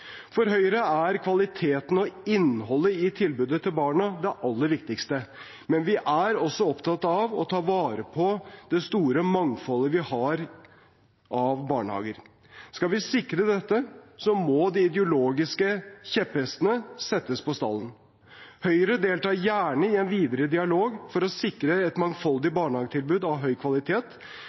for den enkelte. For Høyre er kvaliteten på og innholdet i tilbudet til barna det aller viktigste, men vi er også opptatt av å ta vare på det store mangfoldet vi har av barnehager. Skal vi sikre dette, må de ideologiske kjepphestene settes på stallen. Høyre deltar gjerne i en videre dialog for å sikre et mangfoldig barnehagetilbud av høy kvalitet.